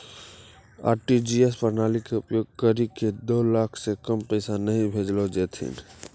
RTGS प्रणाली के उपयोग करि के दो लाख से कम पैसा नहि भेजलो जेथौन